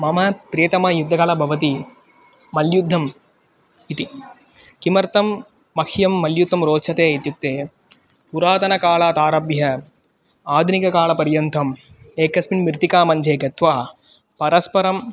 मम प्रियतमा युद्धकला भवति मल्युद्धम् इति किमर्थं मह्यं मल्युद्धं रोचते इत्युक्ते पुरातनकालात् आरभ्य आधुनिककालपर्यन्तम् एकस्मिन् मृत्तिकामञ्जे गत्वा परस्परं